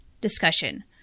discussion